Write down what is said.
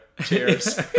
cheers